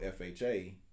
FHA